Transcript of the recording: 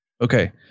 Okay